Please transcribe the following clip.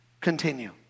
continue